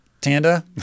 Tanda